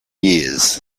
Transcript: years